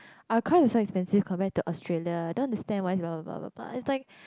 our car is so expensive compared to Australia I don't understand why you want to blah blah blah it's like